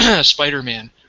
Spider-Man